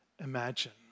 Imagine